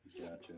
Gotcha